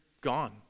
gone